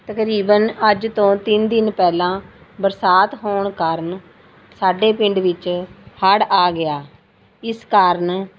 ਤਕਰੀਬਨ ਅੱਜ ਤੋਂ ਤਿੰਨ ਦਿਨ ਪਹਿਲਾਂ ਬਰਸਾਤ ਹੋਣ ਕਾਰਨ ਸਾਡੇ ਪਿੰਡ ਵਿੱਚ ਹੜ੍ਹ ਆ ਗਿਆ ਇਸ ਕਾਰਨ